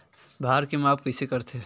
भार के माप कइसे करथे?